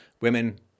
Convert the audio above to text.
women